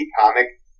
comic